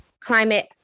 climate